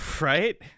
right